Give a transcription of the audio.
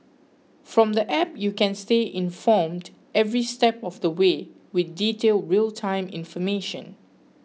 from the app you can stay informed every step of the way with detailed real time information